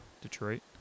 Detroit